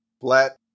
flat